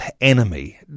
enemy